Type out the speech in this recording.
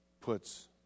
puts